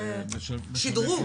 זה שדרוג.